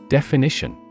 Definition